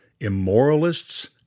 immoralists